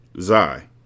Zai